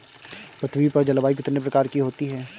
पृथ्वी पर जलवायु कितने प्रकार की होती है?